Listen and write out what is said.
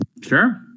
Sure